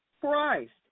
Christ